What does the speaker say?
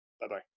Bye-bye